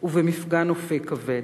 ובמפגע נופי כבד.